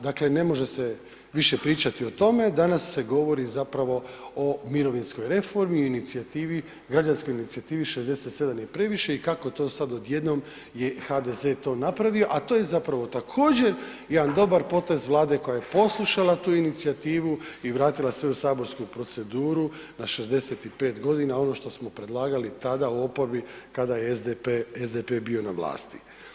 Dakle ne može se više pričati o tome, dana se ogovori zapravo o mirovinskoj reformi i građanskoj inicijativi „67 je previše“ i kako to sad odjednom je HDZ to napravio a to je zapravo također jedna dobar potez Vlade koja je poslušala tu inicijativu i vratila sve u saborsku proceduru na 65 g., ono što smo predlagali tada u oporbi, kada je SDP bio na vlasti.